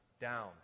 down